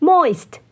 Moist